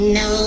no